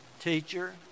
Teacher